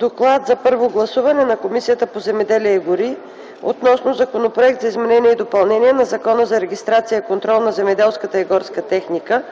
„ДОКЛАД за първо гласуване на Комисията по земеделието и горите относно Законопроект за изменение и допълнение на Закона за регистрация и контрол на земеделската и горската техника,